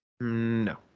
No